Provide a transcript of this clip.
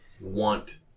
want